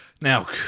Now